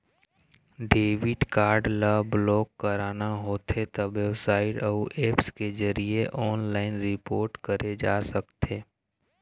debit card ल block कराना होथे त बेबसाइट अउ ऐप्स के जरिए ऑनलाइन रिपोर्ट करे जा सकथे